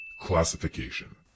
Classification